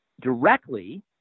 directly